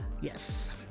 yes